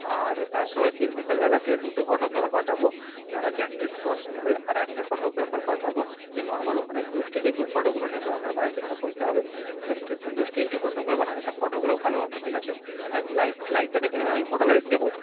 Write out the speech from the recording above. আর তারপরের দিন বিকালবেলাতে দুটো ফটোগ্রাফার পাঠাবো যারা ক্যান্ডিড শর্টস নেবে আর একটা ফটোগ্রাফার পাঠাবো যে নর্মাল ওখানে গ্রুপ স্টেজে গ্রুপ ফটোগুলো নেবে আপনার ভাইয়ের যেখানে পৈতে হবে একটা সুন্দর স্টেজ ডেকোরেশন হবে ফটোগুলো ভালো আসবে ঠিক আছে আর একটু লাইট লাইটটা দেখে নেবেন আমি ফটো লাইট দেবো